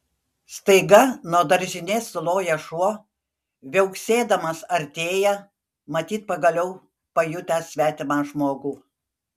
staiga nuo daržinės suloja šuo viauksėdamas artėja matyt pagaliau pajutęs svetimą žmogų